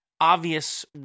obvious